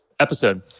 episode